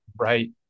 Right